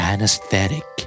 Anesthetic